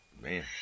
Man